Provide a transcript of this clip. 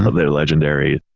they're legendary.